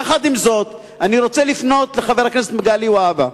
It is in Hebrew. יחד עם זאת, אני רוצה לפנות לחבר הכנסת מגלי והבה,